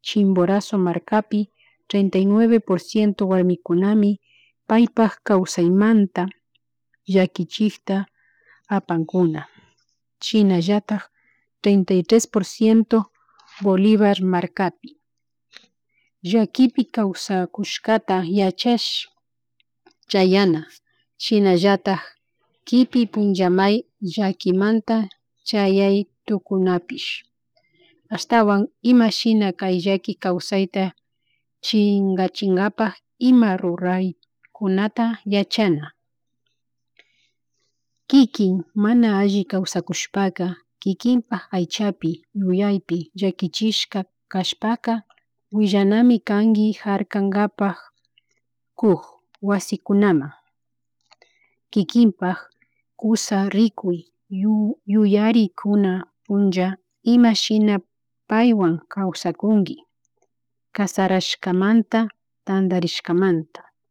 chimborazo markapi treinta y nueve por ciento warmikunami paypak kaysaymanta llakichikta apankuna shinallati treinta y tres por ciento Bolivar markapi llakipi kawsakushkata yachash chayana shinallatak kipi punllamay lalkimanta chayay tukunapish ashtawan ima shina kay llaki kawsayta chinkachinkapak ima ruray kunata yachana, kikin mana alli kawsacushpaka kikinpak aychapi yuyaypi llakichishka kashpaka willanami kanki harkangapak kuk wasikunaman, kikinpak kusa rikuy kurikuna punlla imashina 'paywan kawsakunki kasarashkamanta tantarishkamanta